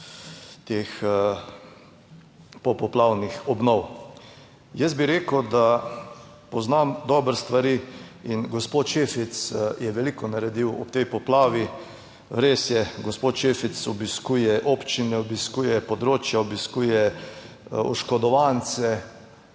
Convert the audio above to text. teh popoplavnih obnov. Jaz bi rekel, da poznam dobre stvari in gospod Šefic je veliko naredil ob tej poplavi. Res je, gospod Šefic obiskuje občine, obiskuje področja, obiskuje oškodovance,